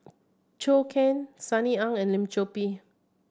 Zhou Can Sunny Ang and Lim Chor Pee